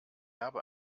habe